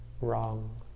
wrong